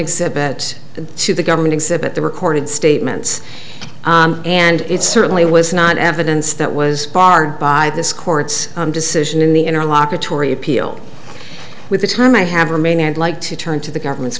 exhibits to the government exhibit the recorded statements and it certainly was not evidence that was barred by this court's decision in the interlocutory appeal with the time i have remaining i'd like to turn to the government's